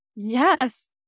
Yes